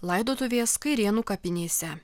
laidotuvės kairėnų kapinėse